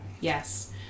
Yes